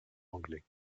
anglais